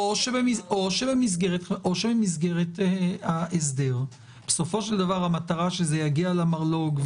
או שבמסגרת ההסדר שבסופו של דבר המטרה שזה יגיע למרלוג,